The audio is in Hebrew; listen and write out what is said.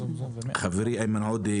חברי איימן עודי,